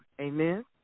Amen